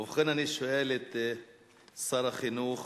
ובכן, אני שואל את שר החינוך: